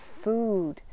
food